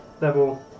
level